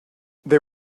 they